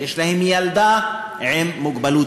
שיש להם ילדה עם מוגבלות.